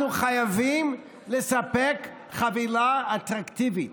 אנחנו חייבים לספק חבילה אטרקטיבית.